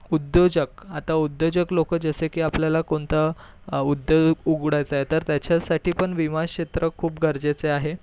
उद्योजक आता उद्योजक लोकं जसे की आपल्याला कोणता उद्योग उघडायचा आहे तर त्याच्यासाठी पण विमा क्षेत्र खूप गरजेचे आहे